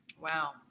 Wow